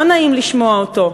לא נעים לשמוע אותו,